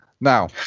now